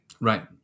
Right